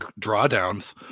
drawdowns